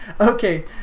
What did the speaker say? Okay